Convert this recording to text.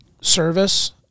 service